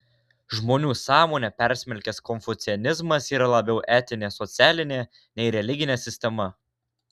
žmonių sąmonę persmelkęs konfucianizmas yra labiau etinė socialinė nei religinė sistema